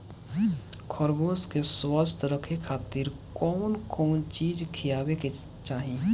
खरगोश के स्वस्थ रखे खातिर कउन कउन चिज खिआवे के चाही?